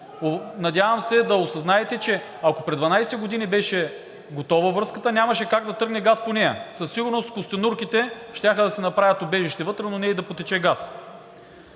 надявам се да осъзнаете, че ако преди 12 години беше готова връзката, нямаше как да тръгне газ по нея. Със сигурност костенурките щяха да си направят убежище вътре, но не и да потече газ.